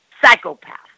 psychopath